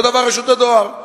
אותו הדבר רשות הדואר.